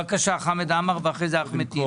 בבקשה, חמד עמאר ואחרי זה אחמד טיבי.